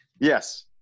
Yes